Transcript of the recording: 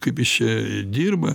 kaip jis čia dirba